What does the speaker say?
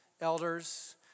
elders